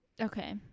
Okay